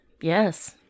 Yes